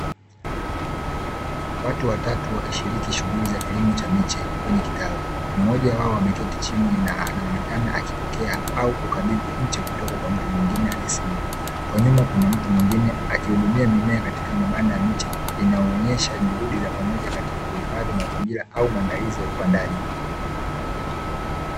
Watu watatu wakishiriki shughuli za kilimo cha miche kwenye kitalu mmoja wao ameketi chini na anaonekana akipokea au kukabidhi mche kutoka kwa mtu mwingine aliyesimama, kwa nyuma kuna mtu mwingine akihudumia mimea katika mabanda ya miche inaonyesha juhudi za pamoja katika kuhifadhi mazingira au maandalizi ya upandaji.